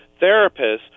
therapists